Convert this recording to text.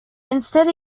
instead